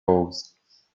rose